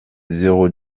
zéro